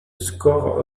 score